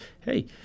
hey